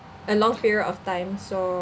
a long period of time so